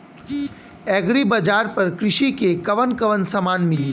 Agri Bazaar पर कृषि के कवन कवन समान मिली?